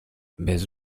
baise